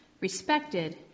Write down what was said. respected